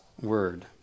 word